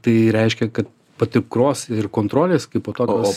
tai reiškia kad patikros ir kontrolės kaipo tokios